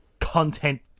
content